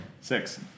Six